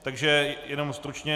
Takže jenom stručně.